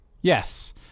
yes